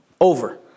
over